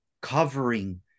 covering